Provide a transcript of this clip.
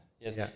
Yes